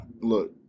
look